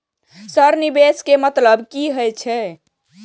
Sir निवेश के मतलब की हे छे?